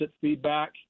feedback